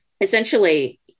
essentially